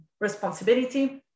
responsibility